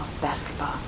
basketball